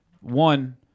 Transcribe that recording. One